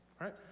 right